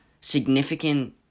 significant